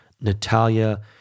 Natalia